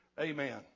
Amen